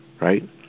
right